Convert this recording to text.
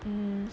um